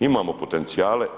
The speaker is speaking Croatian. Imamo potencijale.